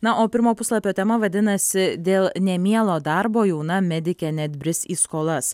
na o pirmo puslapio tema vadinasi dėl nemielo darbo jauna medikė net bris į skolas